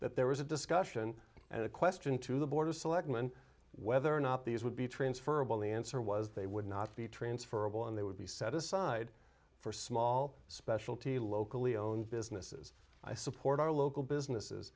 that there was a discussion and a question to the board of selectmen whether or not these would be transferable the answer was they would not be transferable and they would be set aside for small specialty locally owned businesses i support our local businesses